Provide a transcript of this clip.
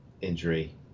injury